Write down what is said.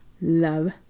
love